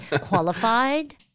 qualified